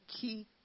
key